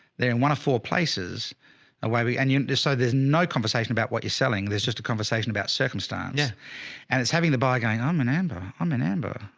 they're in one of four places a way we, and you decide, there's no conversation about what you're selling. there's just a conversation about circumstance yeah and it's having the, by going, i'm an amber, i'm an amber,